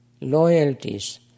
loyalties